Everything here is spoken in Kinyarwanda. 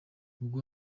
ubwo